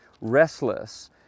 restless